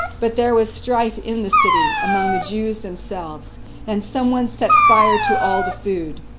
but there was strife in the city among the jews themselves and someone set fire to all the food.